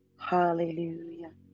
Hallelujah